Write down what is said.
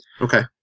Okay